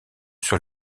sur